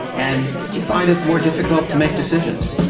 and we find it more difficult to make decisions.